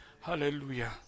Hallelujah